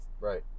Right